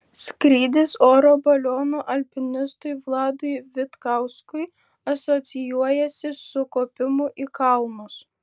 skrydis oro balionu alpinistui vladui vitkauskui asocijuojasi su kopimu į kalnus